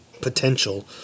potential